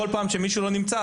כל פעם כשמישהו לא נמצא,